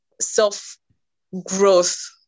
self-growth